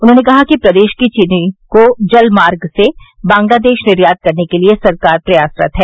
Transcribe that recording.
उन्होंने कहा कि प्रदेश की चीनी को जल मार्ग से बांग्लादेश निर्यात करने के लिये सरकार प्रयासरत है